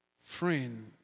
friend